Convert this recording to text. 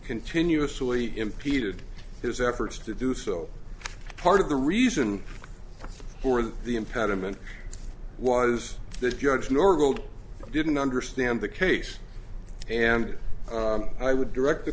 continuously impeded his efforts to do so part of the reason for the impediment was the judge nor gold didn't understand the case and i would direct the